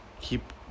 keep